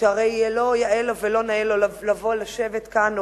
שהרי לא יאה לו ולא נאה לו לבוא לשבת כאן,